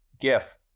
GIF